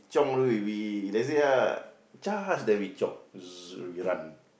chiong all the way we let's say ah charge hard then we chiong we run